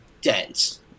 dense